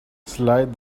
slide